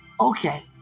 Okay